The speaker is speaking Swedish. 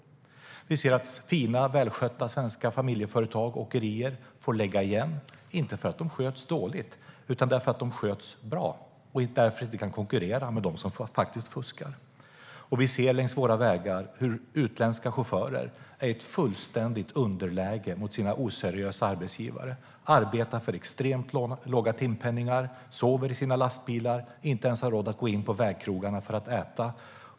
Vi ser att fina, välskötta svenska familjeföretag, åkerier, får lägga ned, inte för att de sköts dåligt utan för att de sköts bra. Det är därför som de inte kan konkurrera med de företag som fuskar. Vi ser längs våra vägar hur utländska chaufförer är i ett fullständigt underläge gentemot sina oseriösa arbetsgivare. De arbetar med extremt låg timpenning, sover i sina lastbilar och har inte ens råd att stanna vid vägkrogarna för att äta.